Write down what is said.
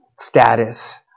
status